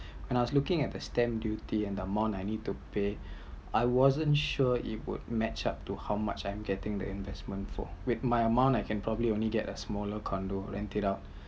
when I was looking at the stamp duty and the amount I need to pay I wasn’t sure it would match up to how much I’m getting the investment for with my amount I can probably only get a smaller condo rent it out